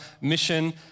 mission